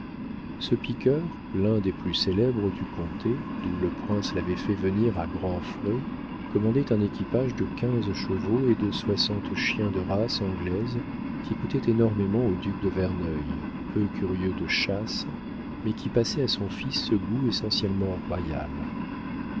ce piqueur l'un des plus célèbres du comté d'où le prince l'avait fait venir à grands frais commandait un équipage de quinze chevaux et de soixante chiens de race anglaise qui coûtait énormément au duc de verneuil peu curieux de chasse mais qui passait à son fils ce goût essentiellement royal